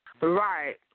Right